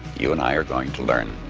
you and i are going to learn